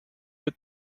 bit